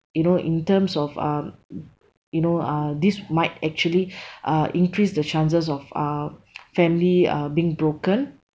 you know in terms of um you know uh this might actually uh increase the chances of uh family uh being broken